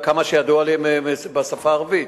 עד כמה שידוע לי הם בשפה הערבית,